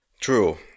True